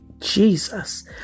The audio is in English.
Jesus